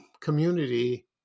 community